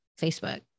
Facebook